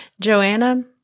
Joanna